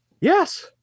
Yes